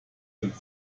dem